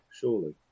surely